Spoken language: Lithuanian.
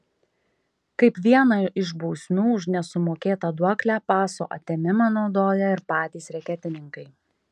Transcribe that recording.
kaip vieną iš bausmių už nesumokėtą duoklę paso atėmimą naudoja ir patys reketininkai